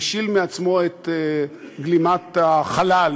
השיל מעצמו את גלימת החלל,